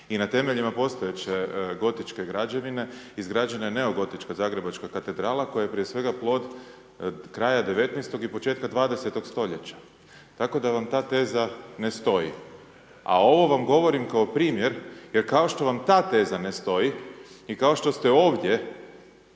i na temeljima postojeće gotičke građevine izgrađena je neogotička Zagrebačka katedrala koja je prije svega plod kraja 19.-og i početka 20.-og stoljeća, tako da vam ta teza ne stoji. A ovo vam govorim kao primjer jer kao što vam ta teza ne stoji i kao što ste ovdje